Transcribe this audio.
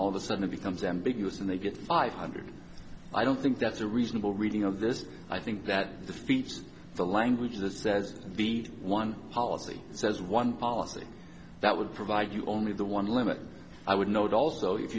all of a sudden becomes ambiguous and they get five hundred i don't think that's a reasonable reading of this i think that the features of the language that says be one policy says one policy that would provide you only the one limit i would note also if